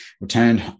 returned